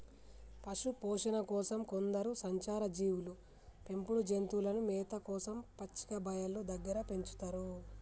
పశుపోషణ కోసం కొందరు సంచార జీవులు పెంపుడు జంతువులను మేత కోసం పచ్చిక బయళ్ళు దగ్గర పెంచుతారు